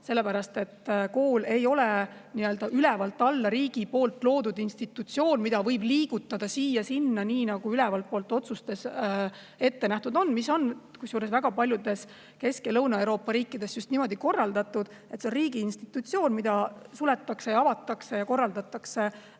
sellepärast et kool ei ole nii-öelda ülevalt alla riigi loodud institutsioon, mida võib liigutada siia-sinna, nii nagu ülevalt poolt ette nähtud on. Kusjuures väga paljudes Kesk- ja Lõuna-Euroopa riikides on just niimoodi korraldatud, et kool on riigi institutsioon, mida suletakse ja avatakse ja korraldatakse